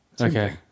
Okay